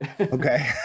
okay